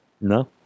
No